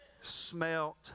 smelt